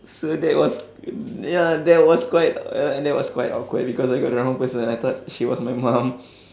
so that was ya that was quite uh and that was quite awkward because I got the wrong person I thought she was my mum